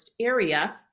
area